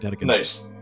nice